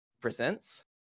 presents